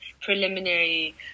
preliminary